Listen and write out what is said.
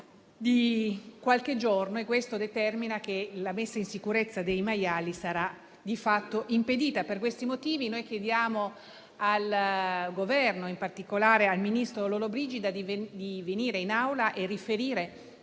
di qualche giorno e questo determina che la messa in sicurezza dei maiali sarà di fatto impedita. Per questi motivi noi chiediamo al Governo e in particolare al ministro Lollobrigida di venire in Aula e riferire